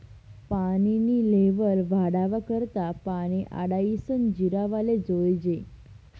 पानी नी लेव्हल वाढावा करता पानी आडायीसन जिरावाले जोयजे